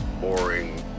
boring